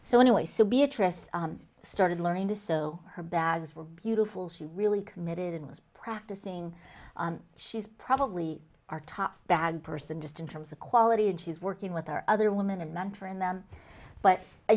so anyway so beatrice started learning to sew her bags were beautiful she really committed was practicing she's probably our top bad person just in terms of quality and she's working with our other women and mentoring them but a